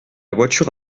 voiture